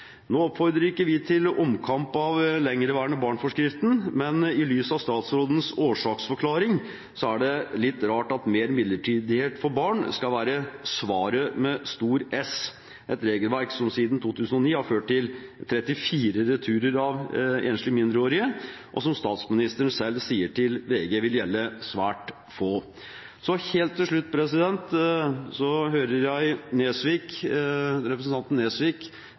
Nå oppfordrer ikke vi til omkamp om forskriften for lengeværende barn, men i lys av statsrådens årsaksforklaring er det litt rart at mer midlertidighet for barn skal være svaret med stor «S» – et regelverk som siden 2009 har ført til 34 returer av enslige mindreårige, og som statsministeren selv sier til VG vil gjelde svært få. Så helt til slutt: Jeg hører representanten Nesvik